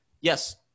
yes